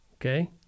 Okay